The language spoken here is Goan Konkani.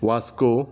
वास्को